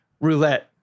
Roulette